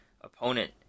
opponent